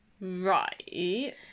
Right